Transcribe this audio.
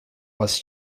was